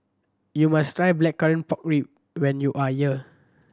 you must try Blackcurrant Pork Ribs when you are here